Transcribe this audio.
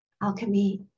alchemy